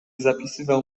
zapisywał